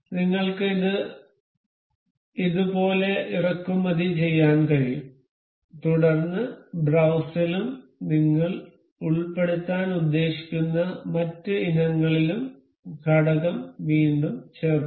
നിങ്ങൾക്ക് ഇത് ഇതുപോലെ ഇറക്കുമതി ചെയ്യാൻ കഴിയും തുടർന്ന് ബ്രൌസിലും നിങ്ങൾ ഉൾപ്പെടുത്താൻ ഉദ്ദേശിക്കുന്ന മറ്റ് ഇനങ്ങളിലും ഘടകം വീണ്ടും ചേർക്കുക